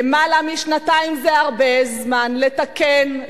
למעלה משנתיים זה הרבה זמן לתקן,